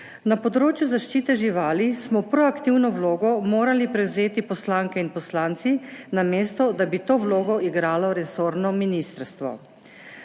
Na področju zaščite živali smo proaktivno vlogo morali prevzeti poslanke in poslanci, namesto da bi to vlogo igralo resorno ministrstvo.